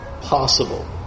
possible